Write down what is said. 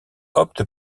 opte